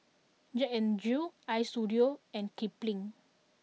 Jack N Jill Istudio and Kipling